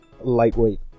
lightweight